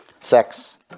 sex